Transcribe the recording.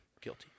guilty